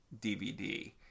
DVD